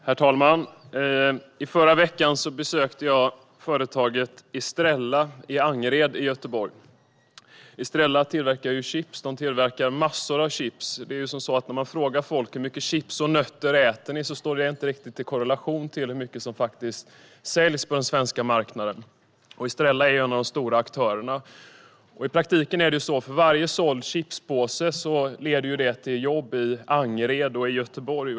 Herr talman! I förra veckan besökte jag företaget Estrella i Angered i Göteborg. Estrella tillverkar chips - massor av chips. Om man frågar folk hur mycket chips och nötter de äter står det inte riktigt i korrelation till hur mycket som faktiskt säljs på den svenska marknaden. Estrella är en av de stora aktörerna. I praktiken leder varje såld chipspåse till jobb i Angered och Göteborg.